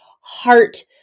heart